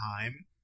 time